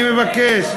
אני מבקש.